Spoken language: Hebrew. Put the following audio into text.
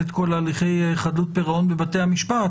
את כל הליכי חדלות פירעון בבתי המשפט,